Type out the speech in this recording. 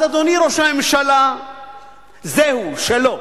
אז, אדוני ראש הממשלה, זהו, שלא.